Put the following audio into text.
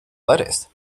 lettuce